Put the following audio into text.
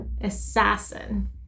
assassin